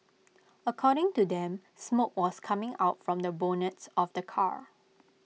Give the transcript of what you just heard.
according to them smoke was coming out from the bonnets of the car